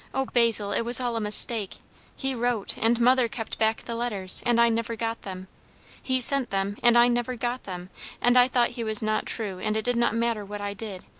o basil, it was all a mistake he wrote, and mother kept back the letters, and i never got them he sent them, and i never got them and i thought he was not true and it did not matter what i did,